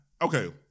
Okay